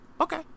Okay